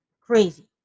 crazy